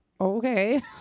Okay